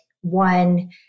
one